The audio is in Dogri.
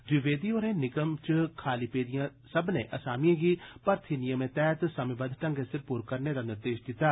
द्विवेदी होरें निगम च खाली पेदिएं सब्मनें असामिएं गी मर्थी नियमें तैहत समें बद्ध ढंगै सिर पुर करने दा बी निर्देश दित्ता